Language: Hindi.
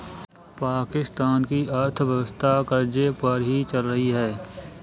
पाकिस्तान की अर्थव्यवस्था कर्ज़े पर ही चल रही है